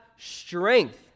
strength